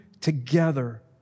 together